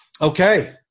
Okay